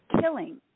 killing